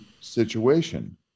situation